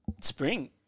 Spring